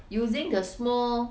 using the small